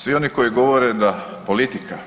Svi oni koji govore da politika